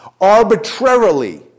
arbitrarily